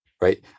right